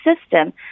system